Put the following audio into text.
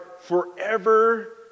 forever